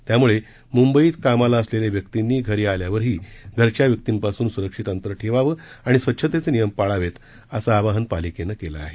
त्यामुळे मुंबईत कामाला असलेल्या व्यक्तींनी घरी आल्यावरही घरच्या व्यक्तींपासून सुरक्षित अंतर ठेवावे आणि स्वच्छतेचे नियम पाळावे असं आवाहन पालिकेनं केलं आहे